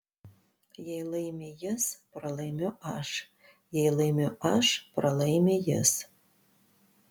jei laimi jis pralaimiu aš jei laimiu aš pralaimi jis